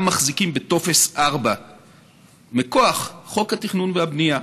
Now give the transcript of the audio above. מחזיקים בטופס 4 מכוח חוק התכנון והבנייה.